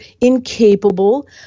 incapable